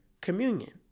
communion